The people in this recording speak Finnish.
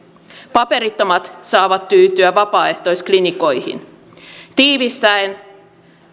paperittomat saavat tyytyä vapaaehtoisklinikoihin tiivistäen